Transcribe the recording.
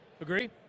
Agree